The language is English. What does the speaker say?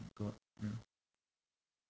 my god ya